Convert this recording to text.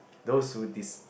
those who des~